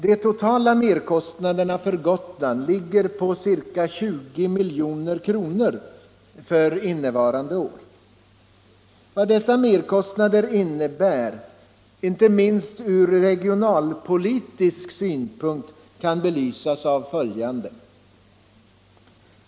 De totala merkostnaderna för Gotland ligger på ca 20 milj.kr. för innevarande år. Vad dessa merkostnader innebär, inte minst från regionalpolitisk synpunkt, kan belysas av följande exempel.